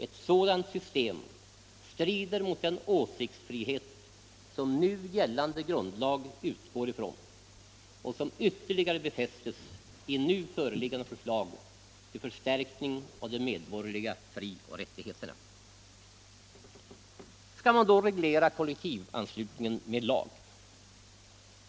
Ett sådant system strider mot den åsiktsfrihet som nu gällande grundlag utgår ifrån och som ytterligare befästs i nu föreliggande förslag till förstärkning av de medborgerliga frioch rättigheterna. Skall man då reglera kollektivanslutningen med lag?